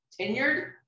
tenured